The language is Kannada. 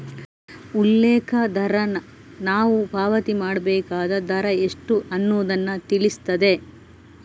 ಉಲ್ಲೇಖ ದರ ನಾವು ಪಾವತಿ ಮಾಡ್ಬೇಕಾದ ದರ ಎಷ್ಟು ಅನ್ನುದನ್ನ ತಿಳಿಸ್ತದೆ